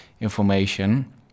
information